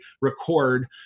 record